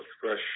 fresh